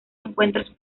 encuentros